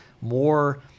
more